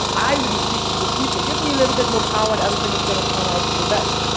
i really speak for the people. give me a little bit more power and everything is going to turn out for the best.